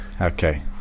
Okay